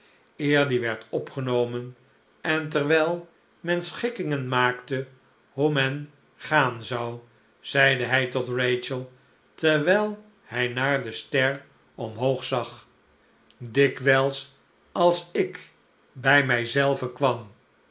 eer die werd opgenomen en terwijl men schikkihgen maakte hoe men gaan zou zeide hij tot rachel terwyl rnj naar de ster omhoog zag slechte tijden dikwijls als ik bij mij zelven kwam